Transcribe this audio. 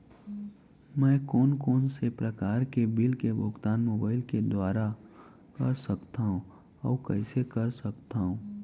मैं कोन कोन से प्रकार के बिल के भुगतान मोबाईल के दुवारा कर सकथव अऊ कइसे कर सकथव?